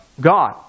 God